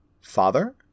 Father